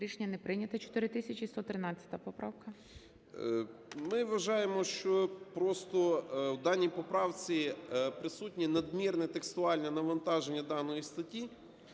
Рішення не прийнято. 4113 поправка. 17:23:39 СИДОРОВИЧ Р.М. Ми вважаємо, що просто в даній поправці присутнє надмірне текстуальне навантаження даної статті.